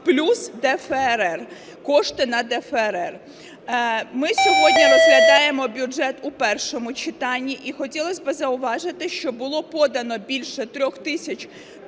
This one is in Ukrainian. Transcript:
плюс ДФРР, кошти на ДФРР. Ми сьогодні розглядаємо бюджет у першому читанні, і хотілося б зауважити, що було подано більше 3 тисяч